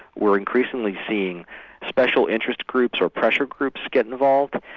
we're increasingly seeing special interest groups or pressure groups get involved,